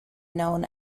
known